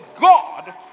God